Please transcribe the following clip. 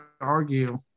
argue